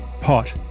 pot